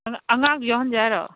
ꯑꯉꯥꯡꯁꯨ ꯌꯥꯎꯍꯟꯁꯦ ꯍꯥꯏꯔꯣ